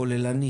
כוללני